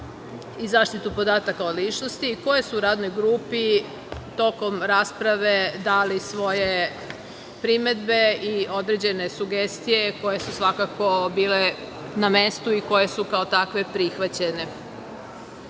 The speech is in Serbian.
i zaštitu podataka o ličnosti, koje su radnoj grupi tokom rasprave dali svoje primedbe i određene sugestije koje su svakako bile na mestu i koje su kao takve